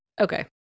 Okay